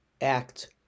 act